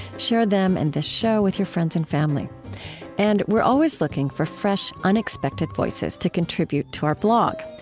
share them and this show with your friends and family and, we're always looking for fresh, unexpected voices to contribute to our blog.